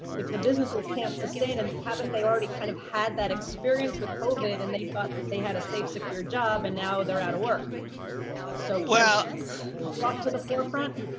if the businesses can't sustain and haven't, they already kind of had that experience with covid and they thought they had a safe, secure job, and now they're out of work so well brought to the forefront.